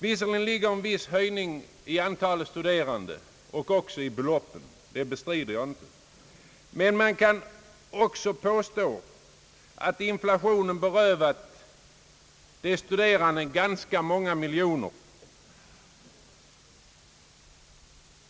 Visserligen ligger en viss höjning i antalet studerande — det bestrider jag inte — men genom bidragets oföränderlighet kan man också påstå att inflationen berövat de studerande ganska många miljoner.